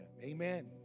Amen